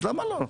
אז למה לא?